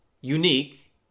unique